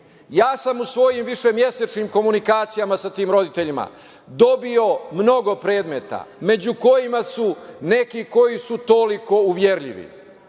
sam u svojim višemesečnim komunikacijama sa tim roditeljima dobio mnogo predmeta među kojima su neki koji su toliko uverljivi,